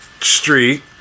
street